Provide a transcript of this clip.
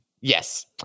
Yes